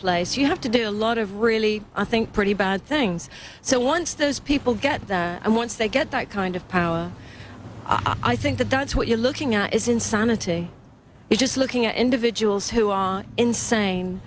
place you have to do a lot of really i think pretty bad things so once those people get there and once they get that kind of power i think that that's what you're looking at is insanity you're just looking at individuals who are insane